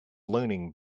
learning